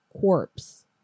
corpse